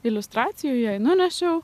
iliustracijų jai nunešiau